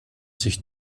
sich